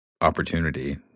opportunity